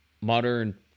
modern